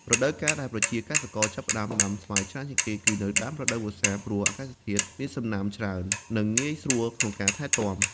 រដូវកាលដែលប្រជាកសិករចាប់ផ្ដើមដាំស្វាយច្រើនជាងគេ គឺនៅដើមរដូវវស្សា ព្រោះអាកាសធាតុមានសំណើមច្រើន និងងាយស្រួលក្នុងការថែទាំ។